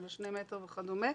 של שני מטר וכדומה.